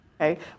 Okay